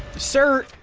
sir